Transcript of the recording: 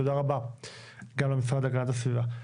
תודה רבה גם למשרד להגנת הסביבה.